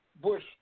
Bush